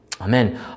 Amen